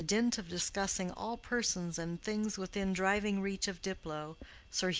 by the dint of discussing all persons and things within driving-reach of diplow,